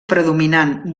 predominant